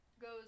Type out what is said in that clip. goes